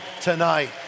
tonight